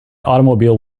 automobile